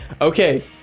Okay